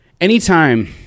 anytime